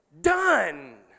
done